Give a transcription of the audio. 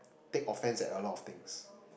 take offence at a lot of things